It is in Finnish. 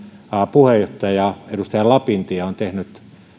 puheenjohtaja edustaja lapintie on tehnyt